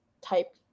type